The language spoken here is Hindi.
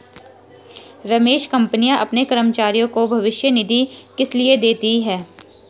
रमेश कंपनियां अपने कर्मचारियों को भविष्य निधि किसलिए देती हैं?